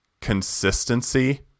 consistency